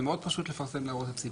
זה מאוד פשוט לפרסם הערות לציבור.